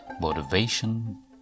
motivation